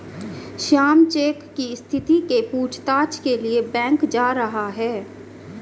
Shyam cheque की स्थिति के पूछताछ के लिए बैंक जा रहा है